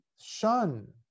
shun